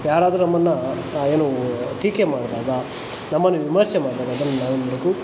ಯಾರಾದರೂ ನಮ್ಮನ್ನು ಏನು ಟೀಕೆ ಮಾಡಿದಾಗ ನಮ್ಮನ್ನು ವಿಮರ್ಶೆ ಮಾಡಿದಾಗ ಅದನ್ನು ನಾವೇನು ಮಾಡಬೇಕು